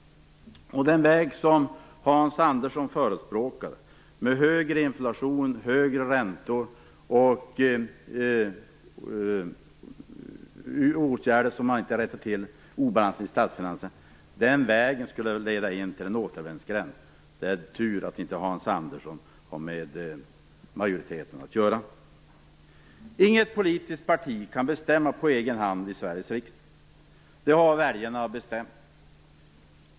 Den väg Hans Andersson förespråkar med högre inflation, högre räntor och åtgärder som inte rättar till obalansen i statsfinanserna skulle visa sig vara en återvändsgränd. Det är tur att Hans Andersson inte har med majoriteten att göra. Inget politiskt parti kan på egen hand bestämma i Sveriges riksdag. Det har väljarna bestämt.